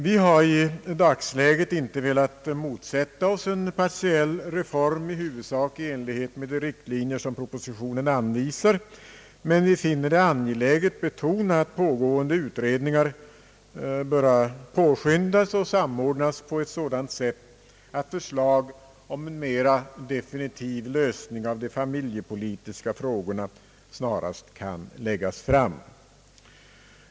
Vi har i dagsläget inte velat motsätta oss en partiell reform i huvudsak enligt de riktlinjer som propositionen anvisar, men vi finner det angeläget att betona att pågående utredningar bör påskyndas och samordnas på ett sådant sätt att förslag om en mera definitiv lösning av de familjepolitiska frågorna snarast kan läg gas fram.